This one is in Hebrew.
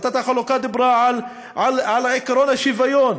על עקרון השוויון.